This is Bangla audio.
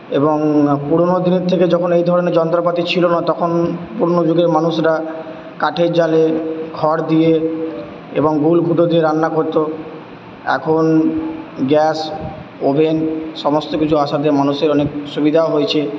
এবং পুরোনো দিনের থেকে যখন এই ধরণের যন্ত্রপাতি ছিলো না তখন পুরোনো যুগের মানুষরা কাঠের জালে খড় দিয়ে এবং গুল কুটো দিয়ে রান্না করতো এখন গ্যাস ওভেন সমস্ত কিছু আসাতে মানুষের অনেক সুবিধাও হয়েছে